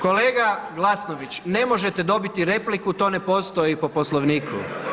Kolega Glasnović ne možete dobiti repliku, to ne postoji po Poslovniku.